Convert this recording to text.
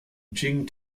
jing